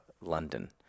London